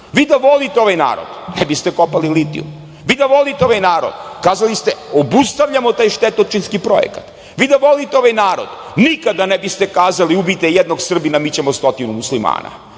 Vi da volite ovaj narod, ne biste kopali litijum. Vi da volite ovaj narod, kazali biste – obustavljamo taj štetočinski projekat. Vi da volite ovaj narod, nikada ne biste kazali – ubijte jednog Srbina, mi ćemo stotinu muslimana.